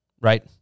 right